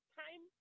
time